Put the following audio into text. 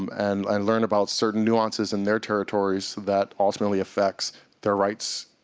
and and learn about certain nuances in their territories that ultimately affects their rights,